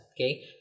Okay